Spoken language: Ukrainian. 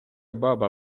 баба